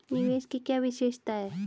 निवेश की क्या विशेषता है?